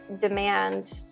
demand